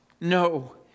No